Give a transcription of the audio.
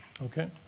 Okay